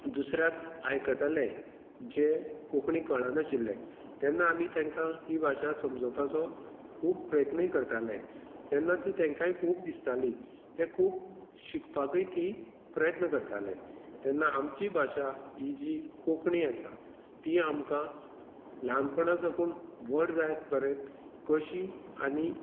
दुसऱ्याक आयकताले जे कोंकणी कळनाशिल्ले तेन्ना आमी तांकां ही भाशा समजोवपाचो खूब प्रयत्नय करताले तेन्ना ती तांकांय खूब दिसताली ते खूब शिकपाकय ती प्रयत्न करताले तेन्ना आमची भाशा ही जी कोंकणी आसा ती आमकां ल्हानपणा साकून व्हड जायत पर्यंत कशी आनी